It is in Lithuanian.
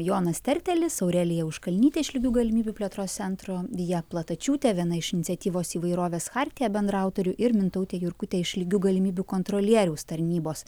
jonas tertelis aurelija auškalnytė iš lygių galimybių plėtros centro vija platačiūtė viena iš iniciatyvos įvairovės chartiją bendraautorių ir mintautė jurkutė iš lygių galimybių kontrolieriaus tarnybos